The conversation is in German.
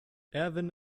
erwin